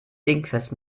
dingfest